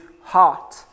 heart